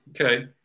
Okay